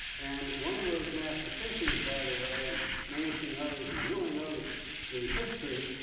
and one of those mathematicians, by the way, and nancy and others who really knows the history,